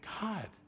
God